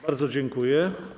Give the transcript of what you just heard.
Bardzo dziękuję.